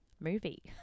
movie